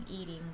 eating